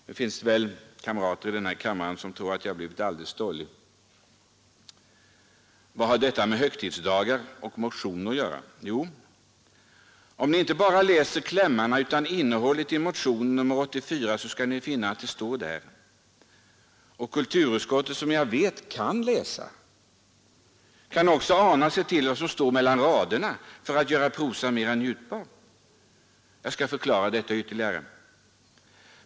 Nu finns det väl kamrater i denna kammare som tror att jag blivit alldeles stollig. Vad har detta med högtidsdagar och motionen att göra? Jo, om ni inte bara läser klämmarna utan innehållet i motionen 84 skall ni finna att det står där. Och kulturutskottet, som jag vet kan läsa, kan också ana sig till vad som står mellan raderna för att göra prosan mer njutbar. Jag skall förklara detta ytterligare.